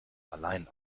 allein